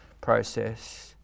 process